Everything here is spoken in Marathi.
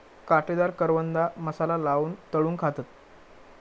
काटेदार करवंदा मसाला लाऊन तळून खातत